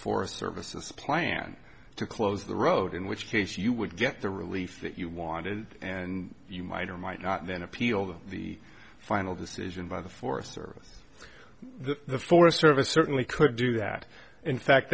forest service plan to close the road in which case you would get the relief that you wanted and you might or might not then appeal to the final decision by the forest service the forest service certainly could do that in fact